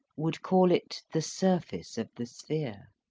would call it the surface of the sphere.